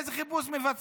איזה חיפוש מבצעים,